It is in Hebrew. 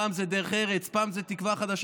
פעם זאת דרך ארץ, פעם זו תקווה חדשה.